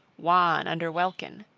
wan under welkin.